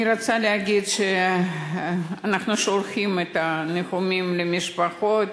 אני רוצה להגיד שאנחנו שולחים ניחומים למשפחות